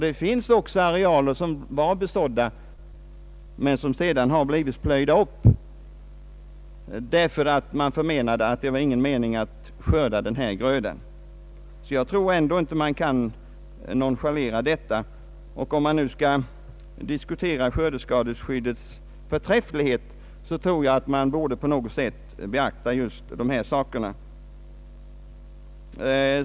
Det finns också arealer som var besådda men som sedan blivit upplöjda därför att man förmenade att det inte var någon mening att skörda den svaga grödan. Jag tror därför att man inte kan nonchalera detta. Om man nu skall diskutera skördeskadeskyddets förträfflighet borde man på något sätt beakta dessa förhållanden framöver.